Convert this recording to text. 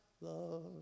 love